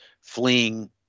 fleeing